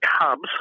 cubs